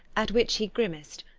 at which he grimaced.